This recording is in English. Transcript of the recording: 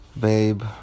babe